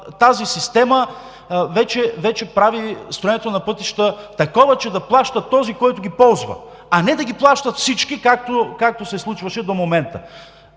тази система вече прави строенето на пътищата такова, че да плаща този, който ги ползва, а не да ги плащат всички, както се случваше до момента.